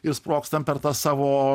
i sprogstam per tą savo